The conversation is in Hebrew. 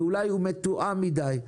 ואולי הוא מתואם מידי.